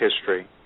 history